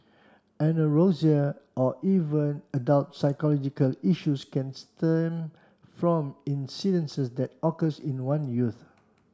anorexia or even adult psychological issues can stem from incidences that occurs in one youth